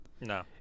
No